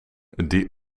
die